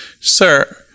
sir